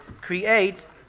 create